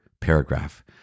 paragraph